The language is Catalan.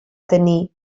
tenir